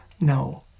No